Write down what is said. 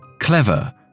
clever